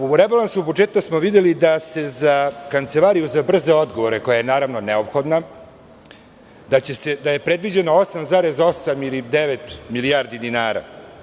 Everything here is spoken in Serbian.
U rebalansu budžeta smo videli da je za Kancelariju za brze odgovore koja je, naravno, neophodna, predviđeno 8,8 ili 9 milijardi dinara.